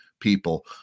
people